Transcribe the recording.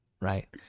Right